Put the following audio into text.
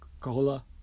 Cola